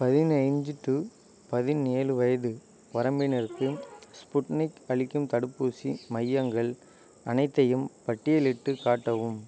பதினஞ்சு டூ பதினேழு வயது வரம்பினருக்கு ஸ்புட்னிக் அளிக்கும் தடுப்பூசி மையங்கள் அனைத்தையும் பட்டியலிட்டுக் காட்டவும்